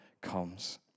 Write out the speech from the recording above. comes